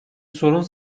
sorun